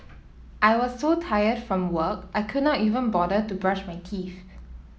I was so tired from work I could not even bother to brush my teeth